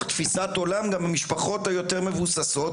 תפיסת עולם גם המשפחות היותר מבוססות,